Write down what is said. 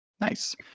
Nice